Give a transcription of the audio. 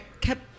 kept